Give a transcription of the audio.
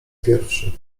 pierwszy